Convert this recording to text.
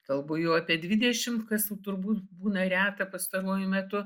kalbu jau apie dvidešim kas turbūt būna reta pastaruoju metu